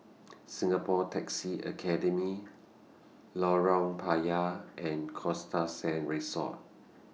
Singapore Taxi Academy Lorong Payah and Costa Sands Resort